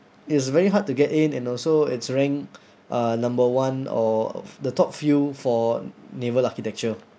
it's very hard to get in and also its rank uh number one of the top field for naval architecture